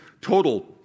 total